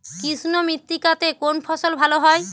কৃষ্ণ মৃত্তিকা তে কোন ফসল ভালো হয়?